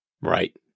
right